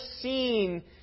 seen